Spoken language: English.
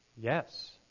yes